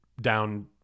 down